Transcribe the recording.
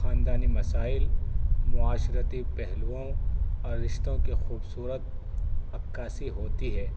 خاندانی مسائل معاشرتی پہلوؤں اور رشتوں کی خوبصورت عکاسی ہوتی ہے